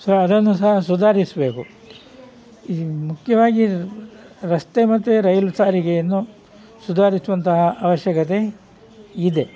so ಅದನ್ನೂ ಸಹ ಸುಧಾರಿಸ್ಬೇಕು ಇದು ಮುಖ್ಯವಾಗಿ ರಸ್ತೆ ಮತ್ತೆ ರೈಲು ಸಾರಿಗೆಯನ್ನು ಸುಧಾರಿಸುವಂತಹ ಅವಶ್ಯಕತೆ ಇದೆ